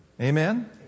Amen